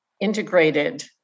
integrated